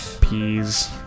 Peas